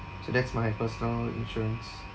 so that's my personal insurance